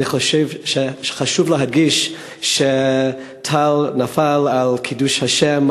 אני חושב שחשוב להדגיש שטל נפל על קידוש השם,